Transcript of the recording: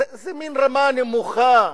איזה מין רמה נמוכה,